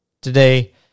Today